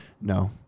No